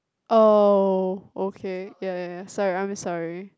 oh okay ya ya sorry I'm sorry